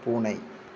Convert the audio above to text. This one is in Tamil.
பூனை